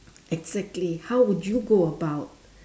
exactly how would you go about